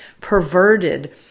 perverted